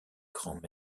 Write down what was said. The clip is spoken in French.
grands